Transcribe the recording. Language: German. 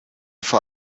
vor